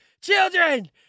Children